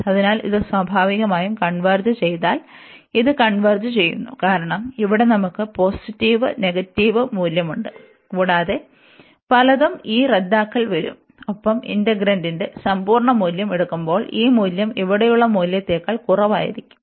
അതിനാൽ ഇത് സ്വാഭാവികമായും കൺവെർജ് ചെയ്താൽ ഇത് കൺവെർജ് ചെയ്യുന്നു കാരണം ഇവിടെ നമുക്ക് പോസിറ്റീവ് നെഗറ്റീവ് മൂല്യമുണ്ട് കൂടാതെ പലതും ഈ റദ്ദാക്കൽ വരും ഒപ്പം ഇന്റഗ്രന്റിന്റെ സമ്പൂർണ്ണ മൂല്യം എടുക്കുമ്പോൾ ഈ മൂല്യം ഇവിടെയുള്ള മൂല്യത്തേക്കാൾ കുറവായിരിക്കും